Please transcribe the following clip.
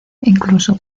incluso